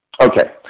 Okay